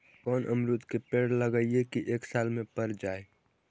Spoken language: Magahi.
कोन अमरुद के पेड़ लगइयै कि एक साल में पर जाएं?